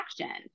action